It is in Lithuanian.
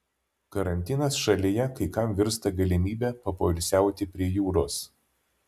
karantinas šalyje kai kam virsta galimybe papoilsiauti prie jūros